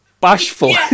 Bashful